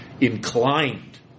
inclined